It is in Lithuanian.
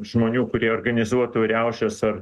žmonių kurie organizuotų riaušes ar